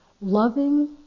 loving